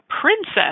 princess